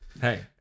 Hey